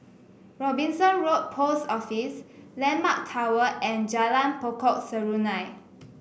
Robinson Road Post Office landmark Tower and Jalan Pokok Serunai